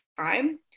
time